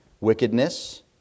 wickedness